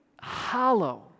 hollow